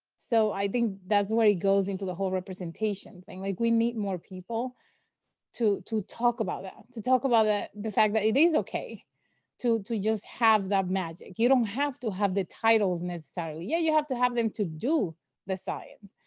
so i think that's where it goes into the whole representation thing. like we need more people to to talk about that, to talk about the the fact that it is ok to to just have that magic. you don't have to have the titles, necessarily. yeah, you have to have them to do the science,